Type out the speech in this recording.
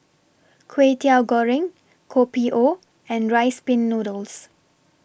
Kway Teow Goreng Kopi O and Rice Pin Noodles